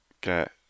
get